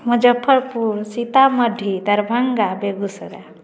Muzaffarpur Sitamarhi Darbhanga Begusarai